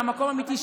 מהמקום האמיתי,